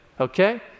okay